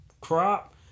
crop